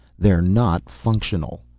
they're not functional.